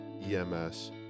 EMS